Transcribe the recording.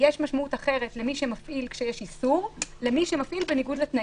שיש משמעות אחרת למי שמפעיל כשיש איסור לבין מי שמפעיל בניגוד לתנאים.